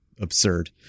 absurd